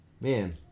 Man